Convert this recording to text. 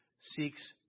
seeks